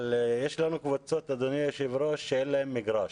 יש לנו קבוצות שאין לנו מגרש.